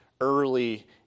early